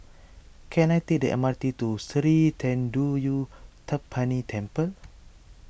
can I take the M R T to Sri thendayuthapani Temple